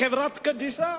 בחברות קדישא.